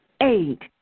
Eight